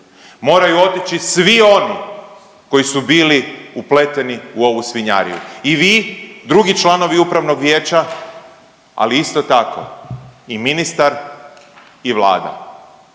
moraju otići svi oni koji su bili upleteni u ovu svinjariju, i vi drugi članovi Upravnog vijeća, ali isto tako i ministar i Vlada